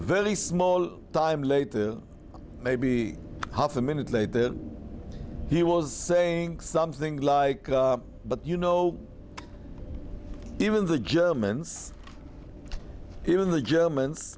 very small time later maybe half a minute later he was saying something like but you know even the germans even the germans